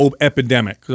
epidemic